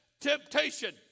temptation